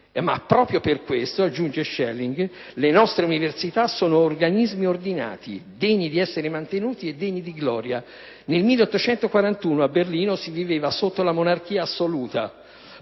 - «proprio per questo» -aggiunge Schelling - «le nostre Università sono organismi ordinati, degni di essere mantenuti e degni di gloria». Nel 1841, a Berlino, si viveva sotto la monarchia assoluta